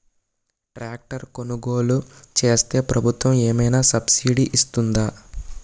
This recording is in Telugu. ట్రాక్టర్ కొనుగోలు చేస్తే ప్రభుత్వం ఏమైనా సబ్సిడీ ఇస్తుందా?